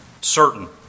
Certain